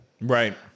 Right